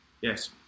yes